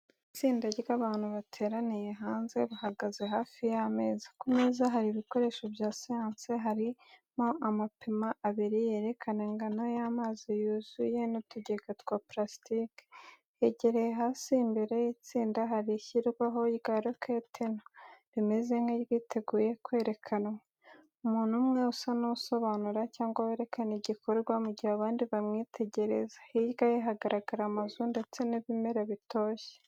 Itsinda ry’abantu bateraniye hanze, bahagaze hafi y’ameza. Ku meza hari ibikoresho bya siyansi, harimo amapima abiri yerekana ingano y’amazi yuzuye, n’utugega twa purasitiki. Hegereye hasi imbere y’itsinda hari ishyirwaho rya rokete nto, rimeze nk’iryiteguye kwerekanwa. Umuntu umwe asa n’usobanura cyangwa werekana igikorwa, mu gihe abandi bamwitegereza, Hirya ye haragaraga amazu ndetse n'ibimera bitoshye.